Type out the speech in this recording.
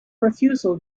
refusal